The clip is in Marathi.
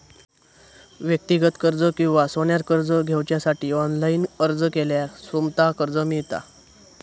व्यक्तिगत कर्ज किंवा सोन्यार कर्ज घेवच्यासाठी ऑनलाईन अर्ज केल्यार सोमता कर्ज मेळता